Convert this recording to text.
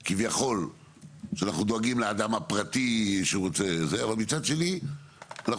דאגה כביכול לאדם הפרטי ומצד שני אנחנו